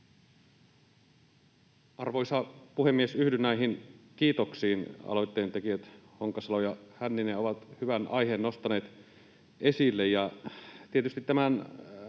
Arvoisa puhemies! Yhdyn näihin kiitoksiin: aloitteen tekijät Honkasalo ja Hänninen ovat hyvän aiheen nostaneet esille. Tietysti tämän